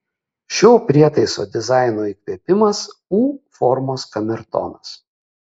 šio prietaiso dizaino įkvėpimas u formos kamertonas